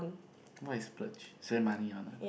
what is splurge spend money on mah